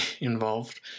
involved